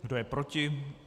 Kdo je proti?